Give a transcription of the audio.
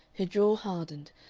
her jaw hardened,